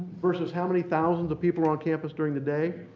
versus how many thousands of people are on campus during the day?